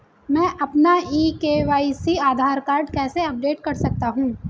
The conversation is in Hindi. मैं अपना ई के.वाई.सी आधार कार्ड कैसे अपडेट कर सकता हूँ?